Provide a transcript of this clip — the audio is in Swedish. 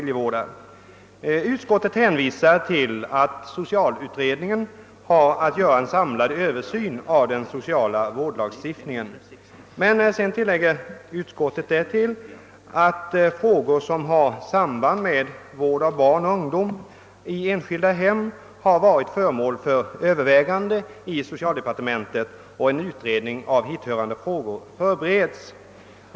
Av de sistnämnda motionerna har jag varit med om att underteckna den ena. Utskottet hänvisar till att socialutredningen har att göra en samlad översyn av den sociala vårdlagstiftningen. Utskottet tillägger att frågor som har samband med vården av barn och ungdom i enskilda hem har varit föremål för överväganden i socialdepartementet och att en utredning av dessa frågor förbereds.